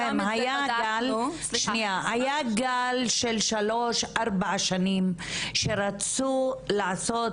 היה גל של שלוש-ארבע שנים שרצו לעשות